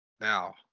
now